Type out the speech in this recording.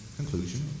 conclusion